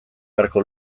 beharko